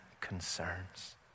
concerns